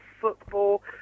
football